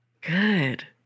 Good